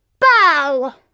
Bow